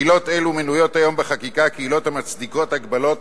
עילות אלו מנויות היום בחקיקה כעילות המצדיקות הגבלות